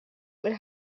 would